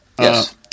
Yes